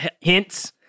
hints